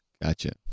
Gotcha